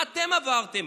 מה אתם עברתם,